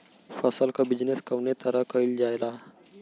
फसल क बिजनेस कउने तरह कईल जाला?